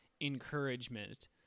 encouragement